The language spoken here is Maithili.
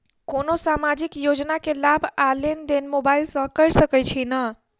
कोनो सामाजिक योजना केँ लाभ आ लेनदेन मोबाइल सँ कैर सकै छिःना?